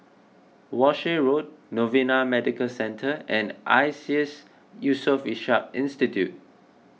Walshe Road Novena Medical Centre and Iseas Yusof Ishak Institute